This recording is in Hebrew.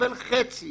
נקבל חצי